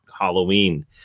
Halloween